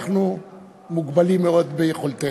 אנחנו מוגבלים מאוד ביכולתנו.